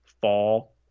fall